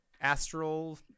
astral